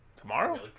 Tomorrow